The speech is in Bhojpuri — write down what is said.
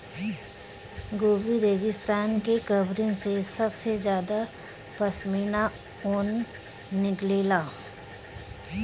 गोबी रेगिस्तान के बकरिन से सबसे ज्यादा पश्मीना ऊन निकलेला